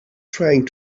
trying